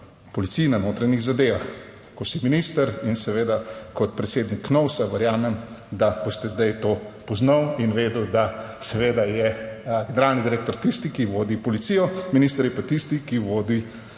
policiji na notranjih zadevah. Ko si minister in seveda kot predsednik KNOVS, verjamem, da boste zdaj to poznal in vedel, da seveda je generalni direktor tisti, ki vodi policijo, minister je pa tisti, ki vodi